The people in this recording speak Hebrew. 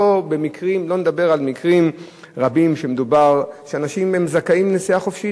אני לא מדבר על מקרים רבים שמדובר על כך שאנשים זכאים לנסיעה חופשית,